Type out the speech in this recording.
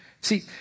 See